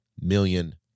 million